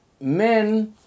men